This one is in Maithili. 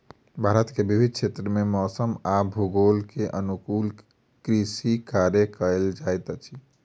भारत के विभिन्न क्षेत्र में मौसम आ भूगोल के अनुकूल कृषि कार्य कयल जाइत अछि